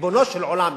ריבונו של עולם,